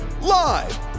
Live